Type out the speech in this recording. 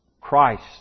Christ